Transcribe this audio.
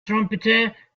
trumpeter